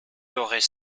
l’aurait